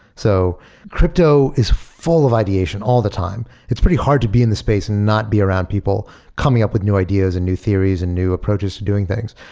so crypto is full of ideation all the time. it's pretty hard to be in this space and not be around people coming up with new ideas and new theories and new approaches to doing things.